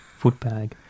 Footbag